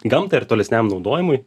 gamtai ir tolesniam naudojimui